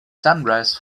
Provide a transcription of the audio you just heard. sunrise